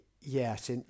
yes